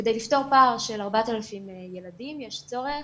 כדי לפתור פער של 4,000 ילדים יש צורך